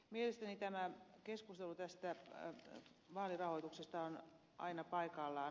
mielestäni tämä keskustelu tästä vaalirahoituksesta on aina paikallaan